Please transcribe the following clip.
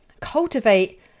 cultivate